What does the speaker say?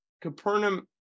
Capernaum